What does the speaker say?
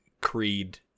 Creed